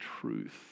truth